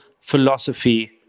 philosophy